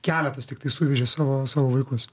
keletas tiktai suvežė savo savo vaikus